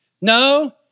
No